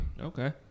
Okay